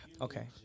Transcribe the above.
Okay